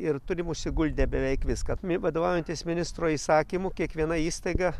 ir turim užsiguldę beveik viską vadovaujantis ministro įsakymu kiekviena įstaiga